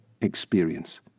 experience